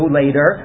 later